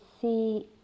see